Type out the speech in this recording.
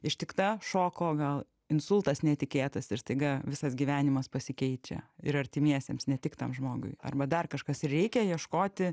ištikta šoko gal insultas netikėtas ir staiga visas gyvenimas pasikeičia ir artimiesiems ne tik tam žmogui arba dar kažkas ir reikia ieškoti